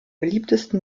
beliebtesten